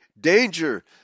danger